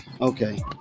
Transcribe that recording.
okay